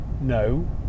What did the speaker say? no